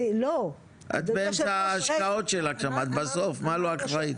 את באמצע ההשקעות שלהם, את בסוף, מה לא אחראית?